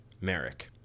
Merrick